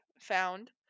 found